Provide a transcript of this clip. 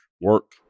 work